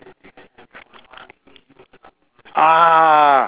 ah